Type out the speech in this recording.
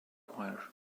choir